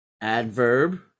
adverb